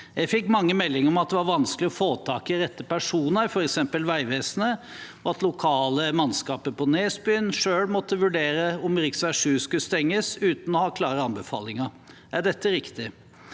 Jeg fikk mange meldinger om at det var vanskelig å få tak i de rette personene, f.eks. i Vegvesenet, og at lokale mannskaper på Nesbyen selv måtte vurdere om rv. 7 skulle stenges, uten å ha klare anbefalinger. Er dette riktig?